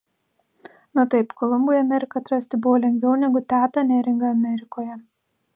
na taip kolumbui ameriką atrasti buvo lengviau negu tetą neringą amerikoje